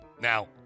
Now